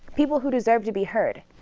people who deserve to be heard,